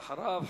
ואחריו,